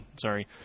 sorry